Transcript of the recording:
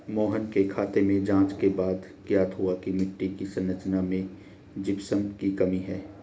मोहन के खेत में जांच के बाद ज्ञात हुआ की मिट्टी की संरचना में जिप्सम की कमी है